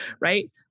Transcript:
Right